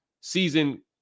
season